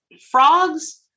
frogs